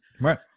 Right